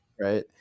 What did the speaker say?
right